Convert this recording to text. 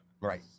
Right